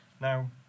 Now